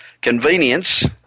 convenience